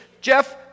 Jeff